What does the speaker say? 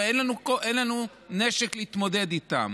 ואין לנו נשק להתמודד איתם.